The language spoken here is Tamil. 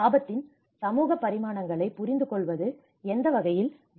ஆபத்தின் சமூக பரிமாணங்களைப் புரிந்துகொள்வது எந்த வகையில் டி